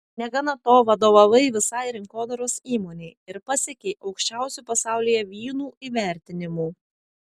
negana to vadovavai visai rinkodaros įmonei ir pasiekei aukščiausių pasaulyje vynų įvertinimų